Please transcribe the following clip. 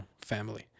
family